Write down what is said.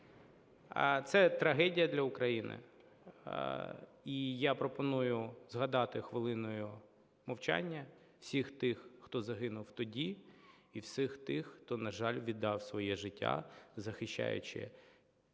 Це трагедія для України. І я пропоную згадати хвилиною мовчання всіх тих, хто загинув тоді, і всіх, хто, на жаль, віддав своє життя, захищаючи